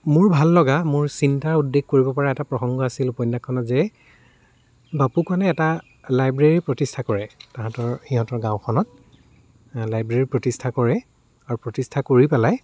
মোৰ ভাল লগা মোৰ চিন্তাৰ উদ্বেগ কৰিব পৰা এটা প্ৰসংগ আছিল উপন্যাসখনত যে বাপুকণে এটা লাইব্ৰেৰী প্ৰতিষ্ঠা কৰে তাহাঁতৰ সিঁহতৰ গাঁওখনত লাইব্ৰেৰী প্ৰতিষ্ঠা কৰে আৰু প্ৰতিষ্ঠা কৰি পেলাই